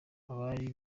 abari